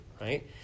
right